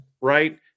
Right